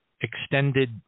extended